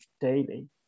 daily